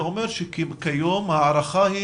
זה אומר שכיום ההערכה היא